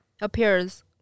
appears